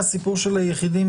הם מברכים על זה שהם עדיין יכולים